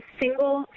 single